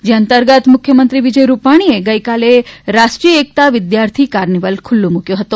જે અંતર્ગત મુખ્યમંત્રી વિજય રૂપાણીએ ગઇકાલે રાષ્ટ્રીય એકતા વિદ્યાર્થી કાર્નિવલ ખુલ્લો મુક્યો હતો